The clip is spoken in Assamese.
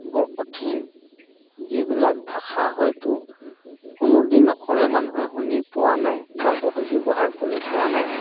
বৰ কঠিন যিবিলাক ভাষা হয়তো কোনোদিন অসমীয়া মানুহে শুনি পোৱা নাই বা ক'তো ব্যৱহাৰ কৰি পোৱা নাই